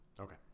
Okay